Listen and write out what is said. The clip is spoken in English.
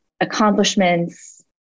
accomplishments